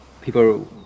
people